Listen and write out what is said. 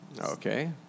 Okay